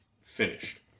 finished